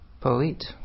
Poet